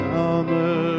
Summer